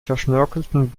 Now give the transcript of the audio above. verschnörkelten